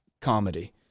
comedy